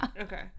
Okay